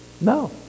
no